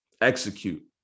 execute